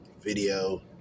video